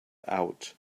out